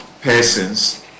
persons